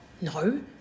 No